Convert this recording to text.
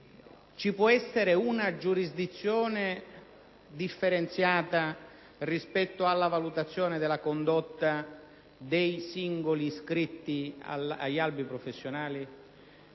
ci può essere una giurisdizione differenziata rispetto alla valutazione della condotta dei singoli iscritti agli albi professionali?